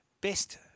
best